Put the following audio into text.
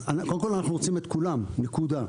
אז קודם כל, אנחנו רוצים את כולם, נקודה.